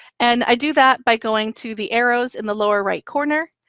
and i do that by going to the arrows in the lower right corner,